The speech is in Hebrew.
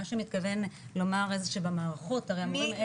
מה שמתכוון לומר שבמערכות הרי המורים אלה.